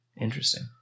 Interesting